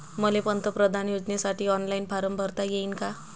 मले पंतप्रधान योजनेसाठी ऑनलाईन फारम भरता येईन का?